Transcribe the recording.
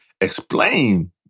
explain